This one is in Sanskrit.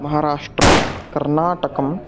महाराष्ट्रं कर्नाटकम्